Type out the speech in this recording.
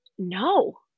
No